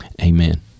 Amen